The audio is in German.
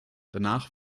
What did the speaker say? danach